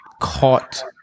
caught